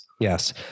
Yes